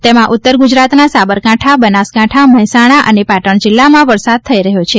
તેમાં ઉત્તર ગુજરાતના સાબરકાંઠા બનાસકાંઠા મહેસાણા અને પાટણ જિલ્લામાં વરસાદ થઇ રહ્યો છે